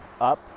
up